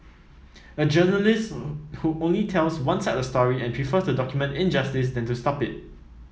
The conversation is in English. a journalist who only tells one side of the story and prefers to document injustice than to stop it